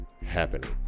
happening